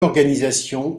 organisation